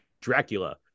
Dracula